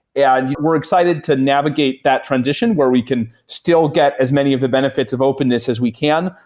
and we're excited to navigate that transition, where we can still get as many of the benefits of openness as we can,